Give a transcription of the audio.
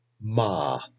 Ma